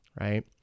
Right